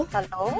Hello